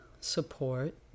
support